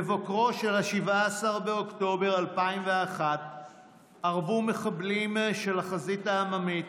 בבוקרו של 17 באוקטובר 2001 ארבו מחבלים של החזית העממית